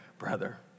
Brother